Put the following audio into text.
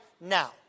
now